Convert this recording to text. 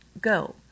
go